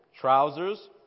trousers